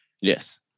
Yes